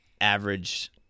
average